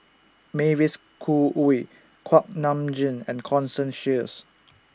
Mavis Khoo Oei Kuak Nam Jin and Constance Sheares